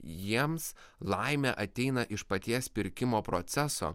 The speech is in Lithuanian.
jiems laimė ateina iš paties pirkimo proceso